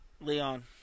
Leon